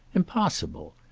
impossible.